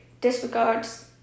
disregards